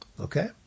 okay